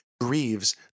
grieves